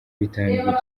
bitanu